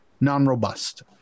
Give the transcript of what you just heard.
non-robust